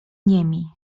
niemi